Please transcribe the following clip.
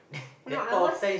now I was